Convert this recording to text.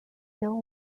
hill